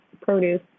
produce